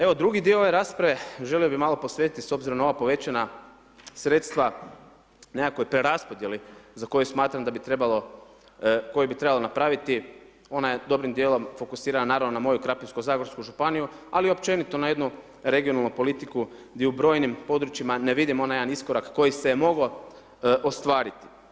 Evo drugi dio ove rasprave želio bi malo posvetiti s obzirom na ova povećana sredstva nekakvoj preraspodjeli za koju smatram da bi trebalo, koju bi trebalo napraviti, ona je dobrim dijelom fokusirana naravno na moju Krapinsko-zagorsku županiju, ali općenito na jednu regionalnu politiku, di u brojnim područjima ne vidim onaj jedan iskorak koji se mogao ostvariti.